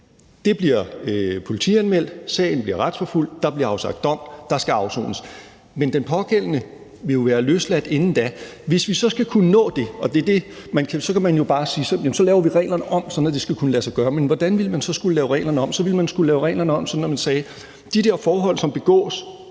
det bliver politianmeldt, sagen bliver retsforfulgt, der bliver afsagt dom, og der skal afsones. Men den pågældende vil jo være løsladt inden da. Så kan man jo bare sige: Jamen så laver vi reglerne om, sådan at det skal kunne lade sig gøre. Men hvordan ville man så skulle lave reglerne om? Så ville man skulle lave reglerne om, sådan at man sagde: De der forhold, som begås,